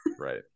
Right